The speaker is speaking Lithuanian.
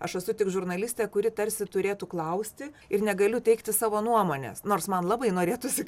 aš esu tik žurnalistė kuri tarsi turėtų klausti ir negaliu teikti savo nuomonės nors man labai norėtųsi